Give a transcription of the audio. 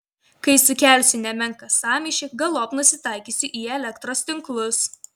kai sukelsiu nemenką sąmyšį galop nusitaikysiu į elektros tinklus